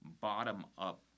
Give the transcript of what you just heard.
bottom-up